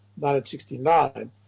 1969